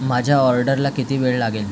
माझ्या ऑर्डरला किती वेळ लागेल